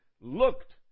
looked